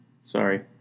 Sorry